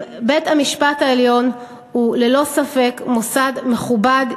בית-המשפט העליון הוא ללא ספק מוסד מכובד,